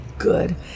good